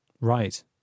Right